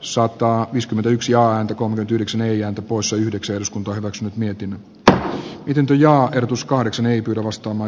soppaa viisikymmentäyksi on kohonnut yhdeksi neljä poissa yhdeksän sun toivos nyt mietimme että pidentyy ja erotus kahdeksan ei pylon ostama